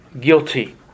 guilty